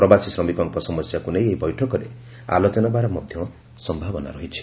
ପ୍ରବାସୀ ଶ୍ରମିକଙ୍କ ସମସ୍ୟାକ୍ର ନେଇ ଏହି ବୈଠକରେ ଆଲୋଚନା ହେବାର ମଧ୍ୟ ସମ୍ଭାବନା ରହିଛି